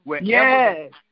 Yes